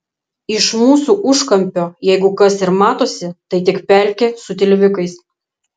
iš mūsų užkampio jeigu kas ir matosi tai tik pelkė su tilvikais